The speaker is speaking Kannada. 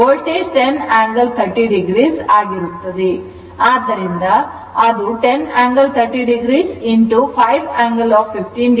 ವೋಲ್ಟೇಜ್ 10 angle 30o ಆಗಿರುತ್ತದೆ ಆದ್ದರಿಂದ ಅದು 10 angle 30 o 5 angle 15o ಅಂದರೆ 50 angle 45o ಆಗಿರುತ್ತದೆ